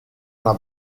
una